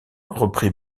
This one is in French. reprit